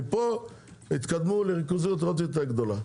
מפה התקדמו לריכוזיות עוד יותר גדולה.